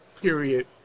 period